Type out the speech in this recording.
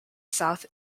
south